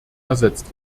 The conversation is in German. ersetzt